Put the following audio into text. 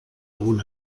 algun